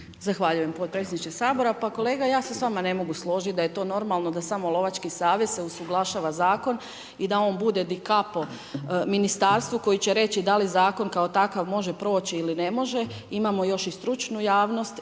Zahvaljujemo potpredsjedniče Sabora. Pa kolega, ja se s vama ne mogu složiti da je to normalno da samo Lovački savez usuglašava Zakon i da on bude di capo ministarstvu, koji će reći da li Zakon kao takav može proći ili ne može. Imamo još i stručnu javnost,